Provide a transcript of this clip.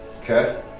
Okay